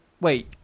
Wait